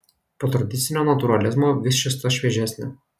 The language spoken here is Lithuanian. po tradicinio natūralizmo vis šis tas šviežesnio